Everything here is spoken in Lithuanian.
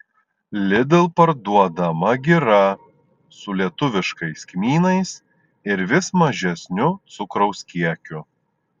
lidl parduodama gira su lietuviškais kmynais ir vis mažesniu cukraus kiekiu